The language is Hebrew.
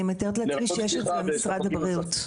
אני מתארת לעצמי שיש את זה למשרד הבריאות.